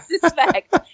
suspect